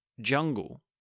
jungle